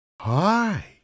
Hi